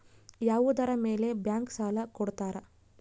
ಯಾವುದರ ಮೇಲೆ ಬ್ಯಾಂಕ್ ಸಾಲ ಕೊಡ್ತಾರ?